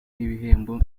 n’ibihembo